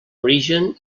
origen